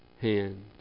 hand